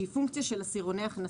שהיא פונקציה של עשירוני הכנסה.